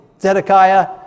Zedekiah